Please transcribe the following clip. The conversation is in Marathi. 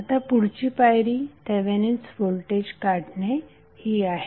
आता पुढची पायरी थेवेनिन्स व्होल्टेज काढणे ही आहे